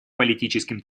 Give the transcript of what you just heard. политическим